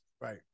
Right